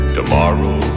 Tomorrow